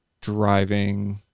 driving